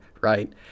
right